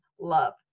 Love